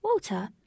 Walter